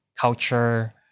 culture